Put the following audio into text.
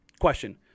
question